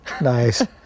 Nice